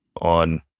on